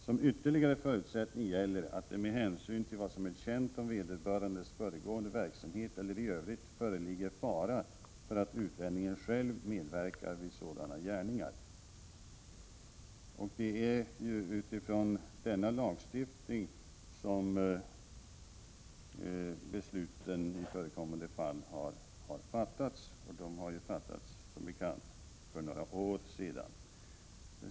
Som ytterligare förutsättning gäller att det med hänsyn till vad som är känt om vederbörandes föregående verksamhet eller i övrigt skall föreligga fara för att utlänningen själv medverkar i sådana gärningar. Det är ju utifrån denna lagstiftning som besluten i förekommande fall har fattats. Besluten fattades som bekant för några år sedan.